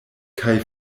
kaj